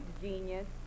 genius